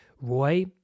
roy